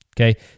Okay